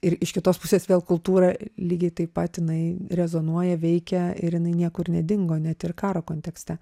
ir iš kitos pusės vėl kultūra lygiai taip pat jinai rezonuoja veikia ir jinai niekur nedingo net ir karo kontekste